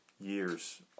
years